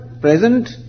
present